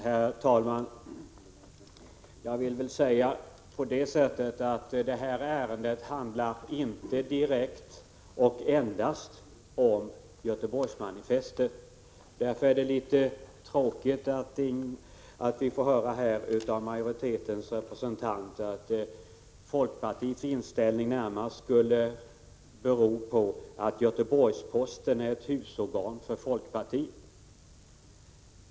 Herr talman! Det här ärendet handlar inte direkt eller uteslutande om Göteborgsmanifestet. Det är därför litet tråkigt att vi här får höra från majoritetens representant att folkpartiets inställning närmast skulle bero på att Göteborgs-Posten är ett husorgan för folkpartiet.